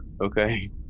okay